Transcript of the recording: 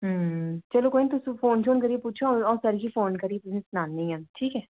चलो कोई निं तुस फोन शोन करियै पुच्छो आं अ'ऊं करगी फोन करी फ्ही तुसें ई सनान्नी आं ठीक ऐ